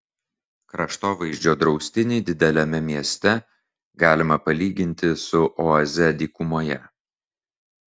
kraštovaizdžio draustinį dideliame mieste galima palyginti su oaze dykumoje